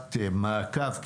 ישיבת מעקב,